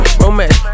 romance